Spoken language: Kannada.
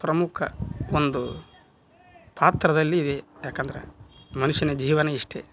ಪ್ರಮುಖ ಒಂದು ಪಾತ್ರದಲ್ಲಿ ಯಾಕಂದ್ರೆ ಮನುಷ್ಯನ ಜೀವನ ಇಷ್ಟೇ